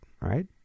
right